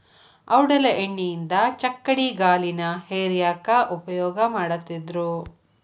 ಔಡಲ ಎಣ್ಣಿಯಿಂದ ಚಕ್ಕಡಿಗಾಲಿನ ಹೇರ್ಯಾಕ್ ಉಪಯೋಗ ಮಾಡತ್ತಿದ್ರು